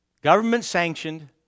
Government-sanctioned